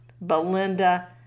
Belinda